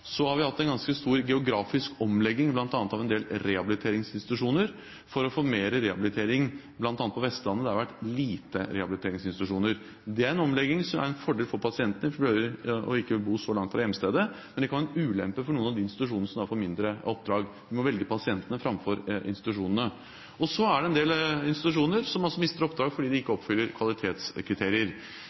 Så har vi hatt en ganske stor geografisk omlegging av en del rehabiliteringsinstitusjoner for å få mer rehabilitering på bl.a. Vestlandet, der det har vært få rehabiliteringsinstitusjoner. Det er en omlegging som er en fordel for pasientene, som ikke vil bo så langt fra hjemstedet, men det kan være en ulempe for noen av de institusjonene som da får færre oppdrag. Men vi må velge pasientene framfor institusjonene. Så er det en del institusjoner som mister oppdrag fordi de ikke oppfyller kvalitetskriterier.